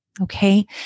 Okay